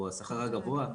או השכר הגבוה.